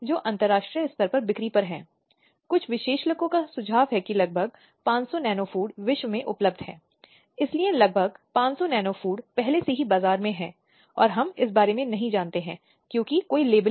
महिलाओं के सामने आने वाली विशिष्ट समस्याओं और अत्याचारों पर विशेष अध्ययन या मूल्यांकन संबंधी अध्ययन का आह्वान